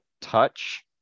touch